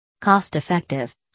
Cost-effective